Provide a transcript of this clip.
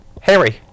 Harry